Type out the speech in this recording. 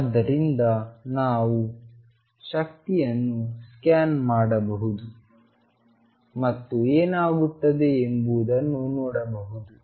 ಆದ್ದರಿಂದ ನಾವು ಶಕ್ತಿಯನ್ನು ಸ್ಕ್ಯಾನ್ ಮಾಡಬಹುದು ಮತ್ತು ಏನಾಗುತ್ತದೆ ಎಂಬುದನ್ನು ನೋಡಬಹುದು